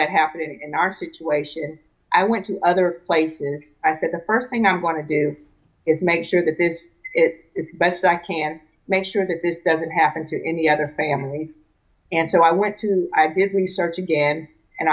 that happening in our nation i went to other places i think the first thing i want to do is make sure that this its best i can make sure that this doesn't happen to any other family and so i went to ideas research again and